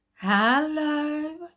Hello